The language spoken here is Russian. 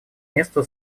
место